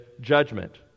judgment